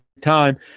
time